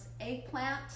eggplant